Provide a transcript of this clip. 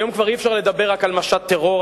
היום כבר אי-אפשר לדבר רק על משט טרור,